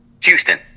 Houston